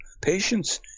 patience